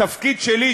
התפקיד שלי,